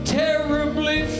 terribly